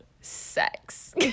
sex